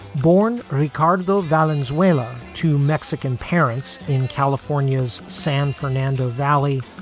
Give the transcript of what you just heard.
born ricardo valens wella to mexican parents in california's san fernando valley,